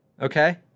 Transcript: okay